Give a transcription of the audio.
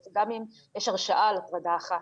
אז גם אם יש הרשעה על הטרדה אחת,